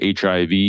HIV